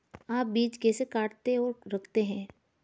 आप बीज कैसे काटते और रखते हैं?